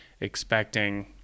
expecting